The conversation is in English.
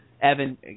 Evan